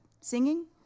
singing